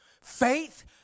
Faith